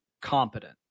competent